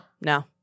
no